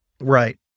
Right